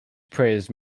praise